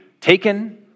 taken